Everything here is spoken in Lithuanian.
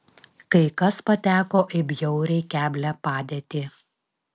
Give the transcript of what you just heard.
kai kas pateko į bjauriai keblią padėtį